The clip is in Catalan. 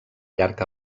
llarg